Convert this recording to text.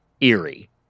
eerie